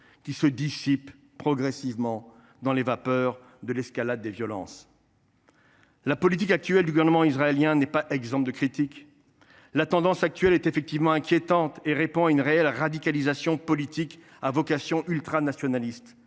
qui se dissipe progressivement dans les vapeurs de l’escalade des violences. La politique du gouvernement israélien en place n’est pas exempte de critiques. La tendance actuelle est en effet inquiétante et répond à une réelle radicalisation politique à vocation ultranationaliste.